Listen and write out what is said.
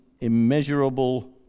immeasurable